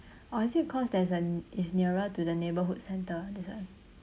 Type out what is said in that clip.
or is it cause there's a it's nearer to the neighbourhood centre that's why